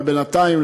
אבל בינתיים,